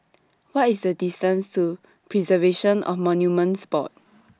What IS The distance to Preservation of Monuments Board